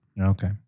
Okay